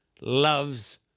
loves